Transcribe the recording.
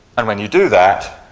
and when you do that,